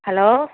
hello